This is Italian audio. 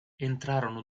entrarono